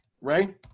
Ray